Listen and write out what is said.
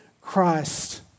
Christ